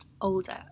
older